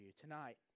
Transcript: Tonight